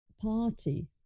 party